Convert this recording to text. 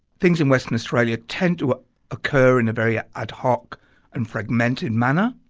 things in western australia tend to ah occur in a very ad hoc and fragmented manner,